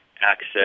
access